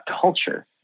culture